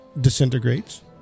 disintegrates